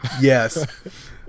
yes